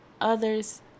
Others